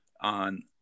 on